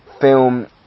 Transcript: film